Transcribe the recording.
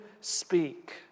speak